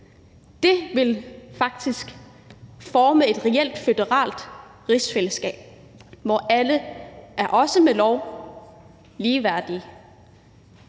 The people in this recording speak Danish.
Det vil faktisk forme et reelt føderalt rigsfællesskab, hvor alle også i loven er ligeværdige.